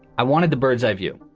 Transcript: i wanted the bird's eye view,